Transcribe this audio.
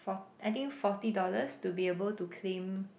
for~ I think forty dollars to be able to claim